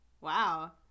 Wow